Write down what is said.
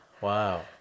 Wow